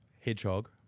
hedgehog